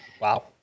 Wow